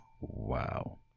Wow